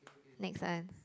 next one